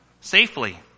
safely